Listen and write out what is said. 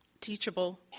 Teachable